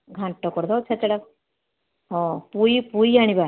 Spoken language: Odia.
ଘାଣ୍ଟ କରିଦେବା ଛେଛେଡ଼ା ହଁ ପୁଇ ପୁଇ ଆଣିବା